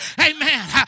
Amen